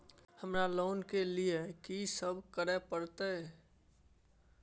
हमरा लोन के लिए की सब करे परतै?